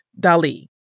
Dali